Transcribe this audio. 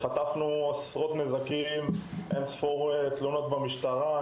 חטפנו עשרות נזקים, הגשנו אינספור תלונות במשטרה.